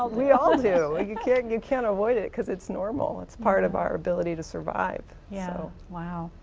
ah we all do, you can't and you can't avoid it cause it's normal. it's part of our ability to survive. yeah, you know wow.